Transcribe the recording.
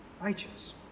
righteous